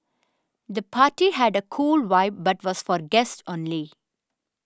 the party had a cool vibe but was for guests only